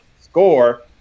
score